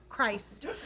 Christ